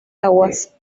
aguas